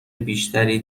بیشتری